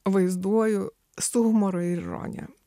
vaizduoju su humoru ir ironija